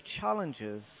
challenges